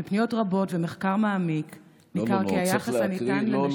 מפניות רבות ומחקר מעמיק ניכר כי היחס הניתן לנשים,